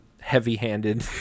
heavy-handed